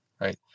Right